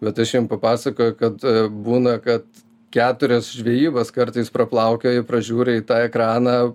bet aš jiem papasakoju kad būna kad keturias žvejybas kartais paplaukioji pražiūri į tą ekraną